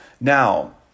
Now